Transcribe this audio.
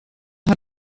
had